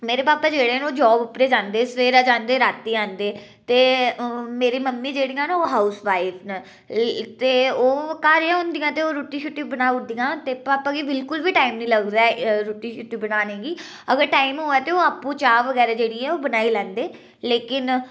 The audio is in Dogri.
मेरे पापा जेह्ड़े न ओह् जॉब उप्परै ई जन्दे न सबैह्रे जन्दे रातीं आंदे ते मेरी मम्मी जेह्ड़ियां न ओह् हाउसवाइफ न ते ओह् घर गै होन्दियां ते ओह् रुट्टी शूट्टी बनाउदियां ते पापा गी बिल्कुल बी टाइम निं लगदा ऐ रुट्टी शूट्टी बनाने गी अगर टाइम होऐ ते ओह् आपूं चाह् बगैरा जेह्ड़ी ऐ ओह् बनाई लैंदे लेकिन